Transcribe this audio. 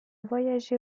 voyagé